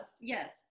yes